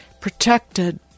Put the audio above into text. protected